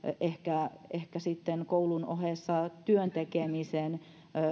ehkä ehkä sitten koulun ohessa työn tekemisen